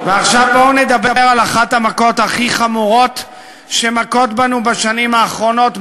ועכשיו בואו נדבר על אחת המכות הכי חמורות שמכות בנו בשנים האחרונות,